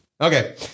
Okay